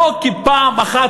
לא כפעם אחת,